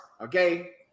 okay